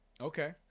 Okay